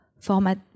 format